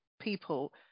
people